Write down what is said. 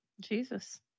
Jesus